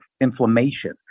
inflammation